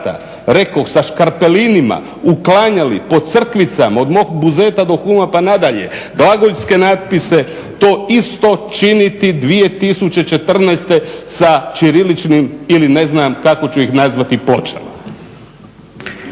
rekoh sa škarpelinima uklanjali po crkvicama od mog Buzeta do Huma pa nadalje glagoljske natpise to isto činiti 2014. sa ćiriličnim ili ne znam kako ću ih nazvati pločama.